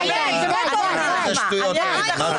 --- מה זה השטויות האלה?